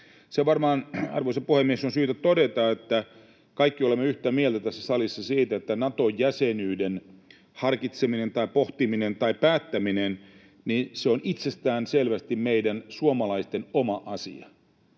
Se varmaan, arvoisa puhemies, on syytä todeta, että kaikki olemme yhtä mieltä tässä salissa siitä, että Nato-jäsenyyden harkitseminen tai pohtiminen tai siitä päättäminen on itsestäänselvästi meidän suomalaisten oma asia.